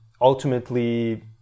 ultimately